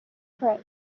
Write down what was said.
trick